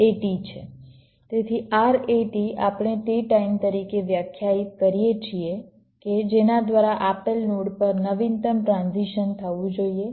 તેથી RAT આપણે તે ટાઈમ તરીકે વ્યાખ્યાયિત કરીએ છીએ કે જેના દ્વારા આપેલ નોડ પર નવીનતમ ટ્રાન્ઝિશન થવું જોઈએ